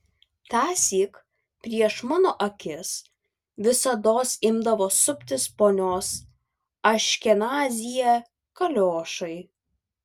tąsyk prieš mano akis visados imdavo suptis ponios aškenazyje kaliošai